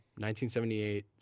1978